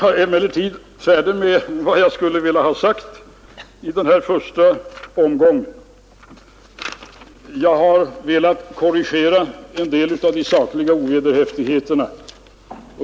Jag är emellertid färdig med vad jag skulle ha sagt i denna första omgång. Jag har velat korrigera en del av ovederhäftigheterna.